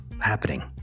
happening